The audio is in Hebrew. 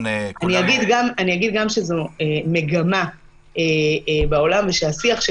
אני אגיד גם שזאת מגמה בעולם ושהשיח של